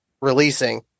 releasing